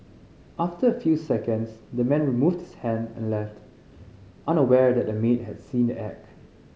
after a few seconds the man removed his hand and left unaware that the maid had seen the act